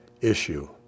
issue